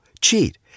cheat